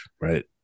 right